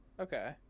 okay